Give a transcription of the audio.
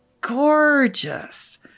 gorgeous